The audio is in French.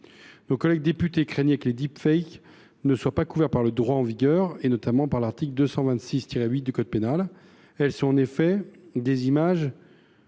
Nos collègues députés craignaient que les ne soient pas couverts par le droit en vigueur, notamment par l’article 226 8 du code pénal. Il s’agit en effet d’images